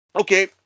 okay